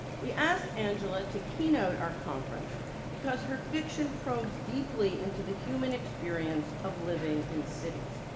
we asked angela to keynote our conference because her fiction probes deeply into the human experience of living in cities.